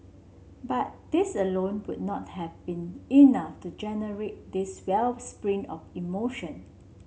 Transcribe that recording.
but these alone would not have been enough to generate this wellspring of emotion